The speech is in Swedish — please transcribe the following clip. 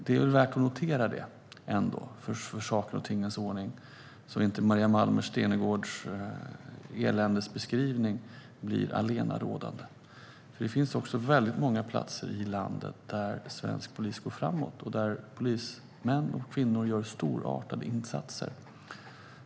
För ordnings skull är detta värt att notera så att inte Maria Malmer Stenergards eländesbeskrivning blir allenarådande. Det finns väldigt många platser i landet där svensk polis går framåt och gör storartade insatser.